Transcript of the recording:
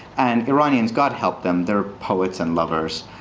and iranians, god help them, they're poets and lovers.